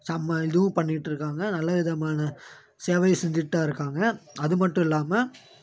சம இதுவும் பண்ணிகிட்ருக்காங்க நல்ல விதமான சேவையை செஞ்சிட்டுதான் இருக்காங்க அதுமட்டும் இல்லாமல்